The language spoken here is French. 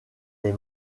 les